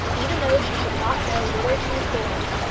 even though she should not know whither she was going.